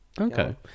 Okay